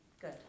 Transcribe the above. Good